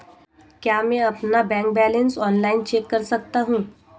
क्या मैं अपना बैंक बैलेंस ऑनलाइन चेक कर सकता हूँ?